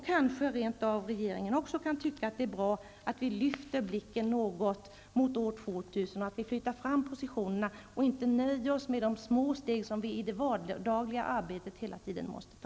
Kanske blir det rent av så, att också regeringen tycker att det är bra att vi lyfter blicken något och tänker framåt mot år 2000. Det gäller ju att flytta fram positionerna. Vi får inte nöja oss med de små steg som vi hela tiden måste ta i det vardagliga arbetet.